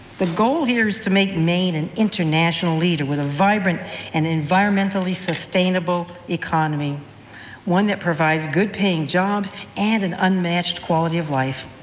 the goal here is to make maine an international leader with vibrant and environmentally-sustainable economy one that provides good-paying jobs and an unmatched quality of life.